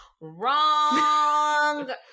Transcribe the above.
wrong